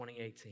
2018